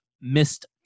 missed